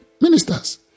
ministers